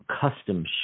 custom